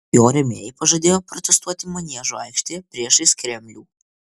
jo rėmėjai pažadėjo protestuoti maniežo aikštėje priešais kremlių